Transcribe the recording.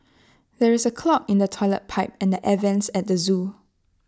there is A clog in the Toilet Pipe and the air Vents at the Zoo